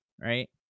right